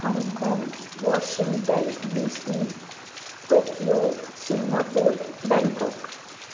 Hong Kong Washington DC Tokyo Singapore Bangkok